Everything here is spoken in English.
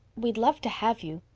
we'd love to have you.